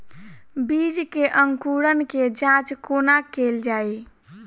बीज केँ अंकुरण केँ जाँच कोना केल जाइ?